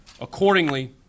Accordingly